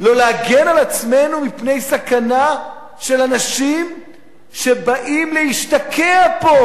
לא להגן על עצמנו מפני סכנה של אנשים שבאים להשתקע פה,